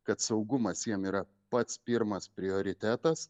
kad saugumas jiem yra pats pirmas prioritetas